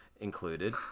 included